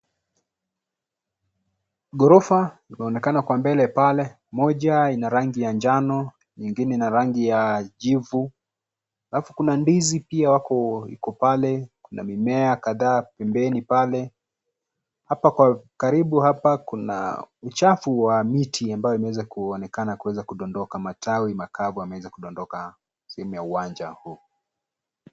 Ghorofa linaonekana kwa mbele pale , moja ina rangi ya njano, nyingine ina rangi ya jivu. Alafu kuna ndizi pia iko pale , kuna mimea kadhaa pembeni pale. Hapa kwa karibu hapa kuna uchafu wa miti ambayo imeweza kuonekana kuweza kudondoka matawi makavu yameweza kudondoka sehemu ya uwanja huu.